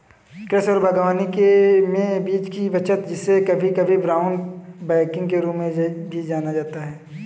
कृषि और बागवानी में बीज की बचत जिसे कभी कभी ब्राउन बैगिंग के रूप में जाना जाता है